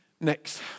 Next